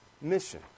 mission